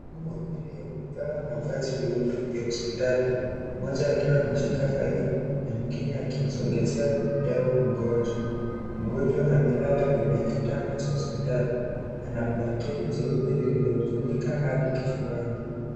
Watu wawili wamevaa mavazi meupe ya hospitali; mmoja akiwa ameshika faili na mwingine akimsongezea dawa mgonjwa. Mgonjwa amelala kwenye kitanda cha hospitali. Ana blanketi jeupe lililomfunika hadi kifuani.